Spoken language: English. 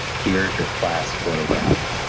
here's your class photograph.